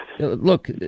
Look